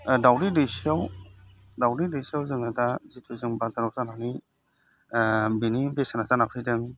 दावदै दैसेयाव जोङो दा जिथु जों बाजाराव जानानै बिनि बेसेना जाना फैदों